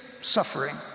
suffering